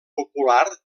popular